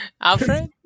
Alfred